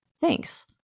Thanks